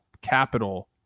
capital